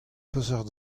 peseurt